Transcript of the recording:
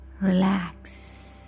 relax